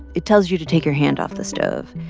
it tells you to take your hand off the stove.